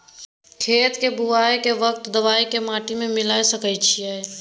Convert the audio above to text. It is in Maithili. खेत के बुआई के वक्त दबाय के माटी में मिलाय सके छिये?